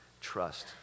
trust